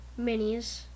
minis